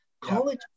College